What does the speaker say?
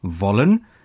wollen